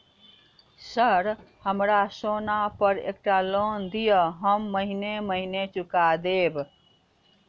Sir हमरा सोना पर एकटा लोन दिऽ हम महीने महीने चुका देब?